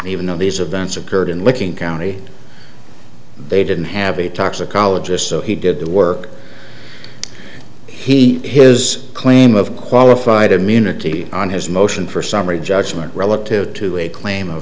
even though these events occurred in looking county they didn't have a toxicologist so he did the work he his claim of qualified immunity on his motion for summary judgment relative to a claim of